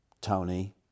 tony